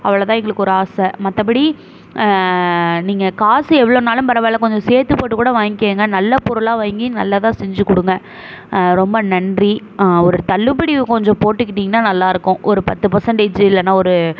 அவ்வளோ தான் எங்களுக்கு ஒரு ஆசை மற்றபடி நீங்கள் காசு எவ்வளோனாலும் பரவாயில்ல கொஞ்சம் சேர்த்து போட்டு கூட வாங்கிகேங்க நல்ல பொருளாக வைய்ங்க நல்லதாக செஞ்சு கொடுங்க ரொம்ப நன்றி ஒரு தள்ளுபடி கொஞ்சம் போட்டுக்கிட்டிங்கனா நல்லாயிருக்கும் ஒரு பத்து பர்சென்டேஜு இல்லைனா ஒரு